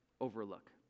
overlook